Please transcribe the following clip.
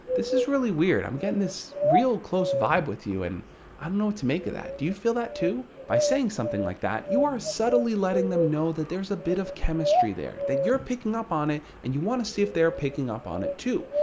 this is really weird. i'm getting this real close vibe with you and i don't know what to make of that. do you feel that too. by saying something like that, you are subtly letting them know that there's a bit of chemistry there. that you're picking up on it and you want to see if they're picking up on it too.